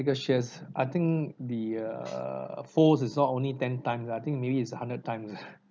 shares I think the err folds is not only ten time I think maybe it's a hundred times